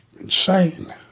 insane